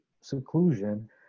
seclusion